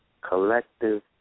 collective